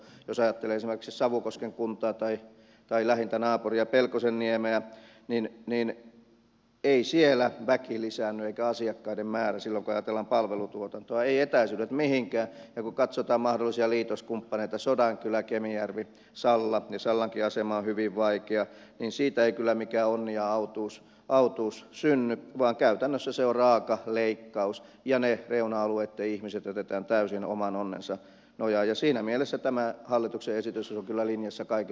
jos ajattelee esimerkiksi savukosken kuntaa tai lähintä naapuria pelkosenniemeä niin ei siellä väki lisäänny eikä asiakkaiden määrä silloin kun ajatellaan palvelutuotantoa eivätkä etäisyydet katoa mihinkään ja kun katsotaan mahdollisia liitoskumppaneita sodankylä kemijärvi salla ja sallankin asema on hyvin vaikea niin siitä ei kyllä mikään onni ja autuus synny vaan käytännössä se on raaka leikkaus ja ne reuna alueitten ihmiset jätetään täysin oman onnensa nojaan ja siinä mielessä tämä hallituksen esitys on kyllä linjassa kaiken aiemman toiminnan kanssa